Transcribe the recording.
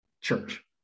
church